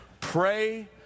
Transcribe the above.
pray